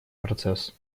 процесс